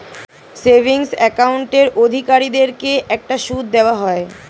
savings অ্যাকাউন্টের অধিকারীদেরকে একটা সুদ দেওয়া হয়